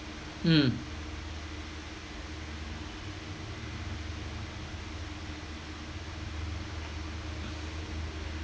mm